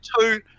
two